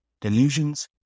Delusions